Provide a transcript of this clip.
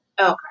okay